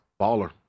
baller